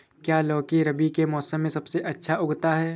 क्या लौकी रबी के मौसम में सबसे अच्छा उगता है?